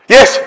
Yes